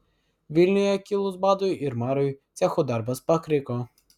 vilniuje kilus badui ir marui cechų darbas pakriko